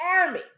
army